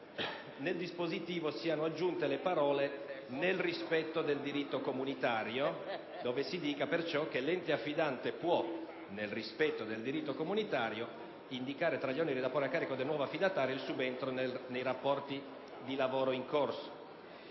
nel dispositivo siano aggiunte le parole «nel rispetto del diritto comunitario», così che si legga: «l'ente affidante può, nel rispetto del diritto comunitario, indicare tra gli oneri da porre a carico del nuovo affidatario il subentro nei rapporti di lavoro in corso».